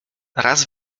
raz